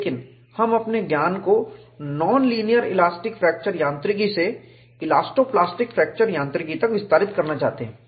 लेकिन हम अपने ज्ञान को नॉन लीनियर इलास्टिक फ्रैक्चर यांत्रिकी से इलास्टो प्लास्टिक फ्रैक्चर यांत्रिकी तक विस्तारित करना चाहते हैं